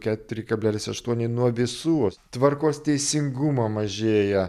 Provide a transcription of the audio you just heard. keturi kablelis aštuoni nuo visų tvarkos teisingumo mažėja